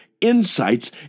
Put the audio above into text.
insights